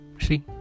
see